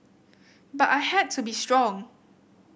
but I had to be strong